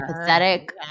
pathetic